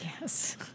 Yes